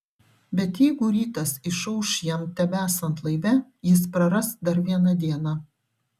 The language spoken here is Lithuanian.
bet jeigu rytas išauš jam tebesant laive jis praras dar vieną dieną